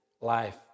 life